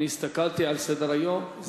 הסתכלתי על סדר-היום.